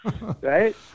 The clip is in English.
right